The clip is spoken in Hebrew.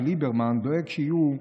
שליברמן דואג שיהיו,